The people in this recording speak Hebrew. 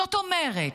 זאת אומרת,